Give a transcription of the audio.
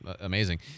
amazing